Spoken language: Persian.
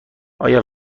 آیا